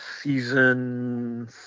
season